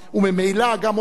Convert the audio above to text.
וממילא גם אותו,